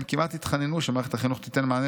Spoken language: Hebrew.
הם כמעט התחננו שמערכת החינוך תיתן מענה